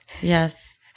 Yes